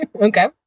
okay